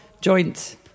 joint